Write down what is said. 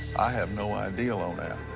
i have no idea on that.